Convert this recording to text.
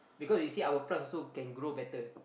because you see our plants also can grow better